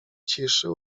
ciszy